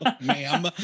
ma'am